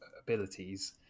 abilities